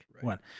one